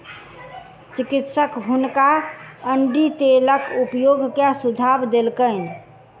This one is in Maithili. चिकित्सक हुनका अण्डी तेलक उपयोग के सुझाव देलकैन